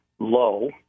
low